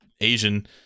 Asian